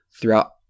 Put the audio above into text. throughout